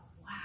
wow